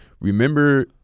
Remember